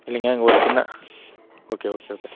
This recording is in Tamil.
இல்லைங்க அங்கே ஒரு சின்ன ஓகே ஓகே ஓகே